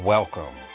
Welcome